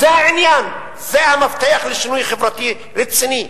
זה העניין, זה המפתח לשינוי חברתי רציני,